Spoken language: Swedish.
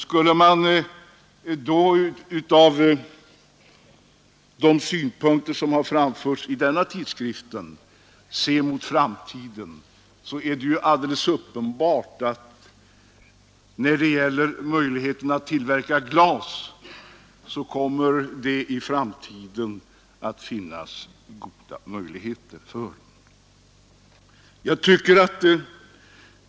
Skulle man mot bakgrunden av de synpunkter som framförts i nämnda publikation se mot framtiden, är det alldeles uppenbart att det kommer att finnas goda möjligheter att tillverka glas.